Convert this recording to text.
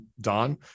Don